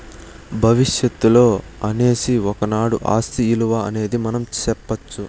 భవిష్యత్తులో అనేసి ఒకనాడు ఆస్తి ఇలువ అనేది మనం సెప్పొచ్చు